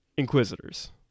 Inquisitors